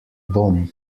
bom